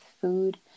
food